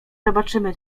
zobaczymy